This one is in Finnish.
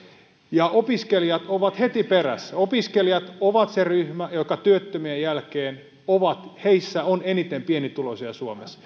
ja opiskelijat ovat heti perässä opiskelijat ovat se ryhmä jossa työttömien jälkeen on eniten pienituloisia suomessa